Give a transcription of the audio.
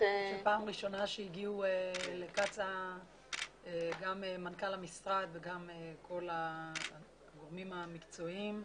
פעם ראשונה שהגיעו לקצ"א גם מנכ"ל המשרד וגם הגורמים המקצועיים.